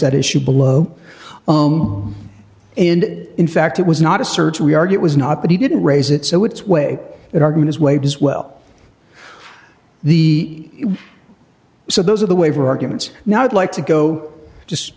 that issue below and in fact it was not a search we argue it was not that he didn't raise it so it's way that argument is waved as well the so those of the waiver arguments now i'd like to go just